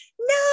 no